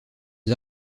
aux